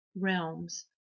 realms